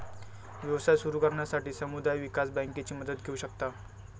व्यवसाय सुरू करण्यासाठी समुदाय विकास बँकेची मदत घेऊ शकता